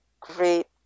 great